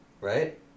right